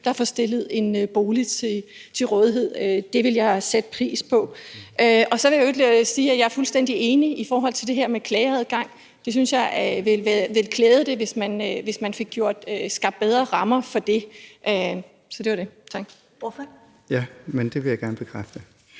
der får stillet en bolig til rådighed? Det vil jeg sætte pris på. Så vil jeg i øvrigt sige, at jeg er fuldstændig enig i forhold til det her med klageadgang. Jeg synes, at det ville være klædeligt, hvis man fik skabt bedre rammer for det. Så det var det. Tak. Kl. 14:33 Første